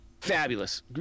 Fabulous